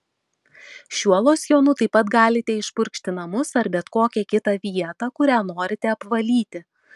šiuo losjonu taip pat galite išpurkšti namus ar bet kokią kitą vietą kurią norite apvalyti